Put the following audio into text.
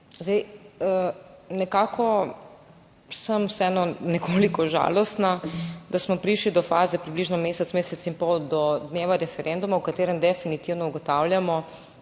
Zdaj nekako sem vseeno nekoliko žalostna, da smo prišli do faze približno mesec, mesec in pol, do dneva referenduma, o katerem definitivno ugotavljamo,